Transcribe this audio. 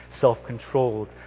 self-controlled